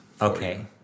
Okay